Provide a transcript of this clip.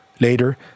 Later